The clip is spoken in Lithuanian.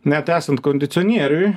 net esant kondicionieriui